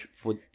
food